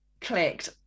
clicked